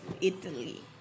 Italy